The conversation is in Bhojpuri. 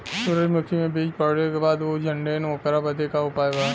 सुरजमुखी मे बीज पड़ले के बाद ऊ झंडेन ओकरा बदे का उपाय बा?